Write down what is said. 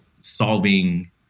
solving